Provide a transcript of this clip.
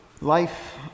Life